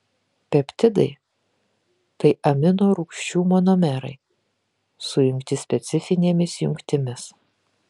peptidai tai amino rūgčių monomerai sujungti specifinėmis jungtimis